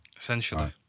Essentially